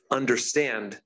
understand